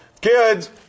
Kids